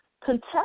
contest